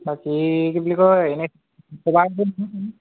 বাকী কি বুলি কয় এনেই চিট কভাৰ আছে নহয়